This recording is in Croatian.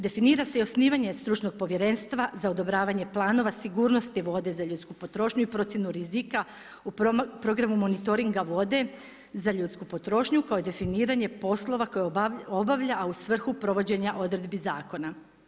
Definira se i osnivanje stručnog povjerenstva za odobravanje planova sigurnosti vode za ljudsku potrošnju i procjenu rizika u programu monitoringa vode za ljudsku potrošnju kao i definiranje poslova koje obavlja, a u svrhu provođenja odredbi zakona.